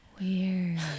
Weird